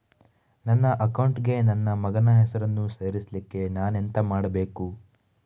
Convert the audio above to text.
ನನ್ನ ಅಕೌಂಟ್ ಗೆ ನನ್ನ ಮಗನ ಹೆಸರನ್ನು ಸೇರಿಸ್ಲಿಕ್ಕೆ ನಾನೆಂತ ಮಾಡಬೇಕು?